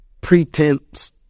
pretense